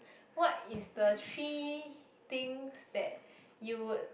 what is the three things that you would